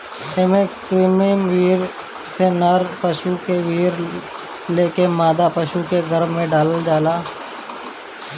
एमे कृत्रिम वीर्य से नर पशु के वीर्य लेके मादा पशु के गर्भ में डाल देहल जाला